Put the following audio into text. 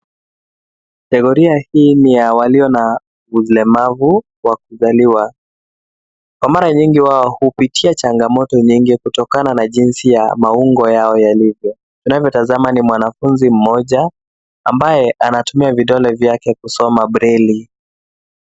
Kategoria hii ni ya walio na ulemavu wa kuzaliwa. Kwa mara nyingi wao hupitia changamoto nyingi kutokana na jinsi ya maungo yao yalivyo. Tunayotazama ni mwanafunzi mmoja ambaye anatumia vidole vyake kusoma breli.